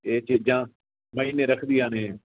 ਇਹ ਚੀਜ਼ਾਂ ਮਾਅਨੇ ਰੱਖਦੀਆਂ ਨੇ